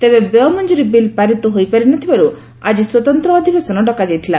ତେବେ ବ୍ୟୟ ମଞ୍ଚୁରୀ ବିଲ୍ ପାରିତ ହୋଇ ପାରି ନ ଥିବାରୁ ଆଜି ସ୍ୱତନ୍ତ ଅଧିବେଶନ ଡକାଯାଇଥିଲା